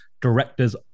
directors